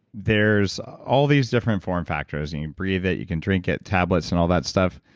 there's all these different form factors. and you breathe it, you can drink it, tablets, and all that stuff,